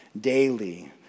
daily